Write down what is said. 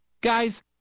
Guys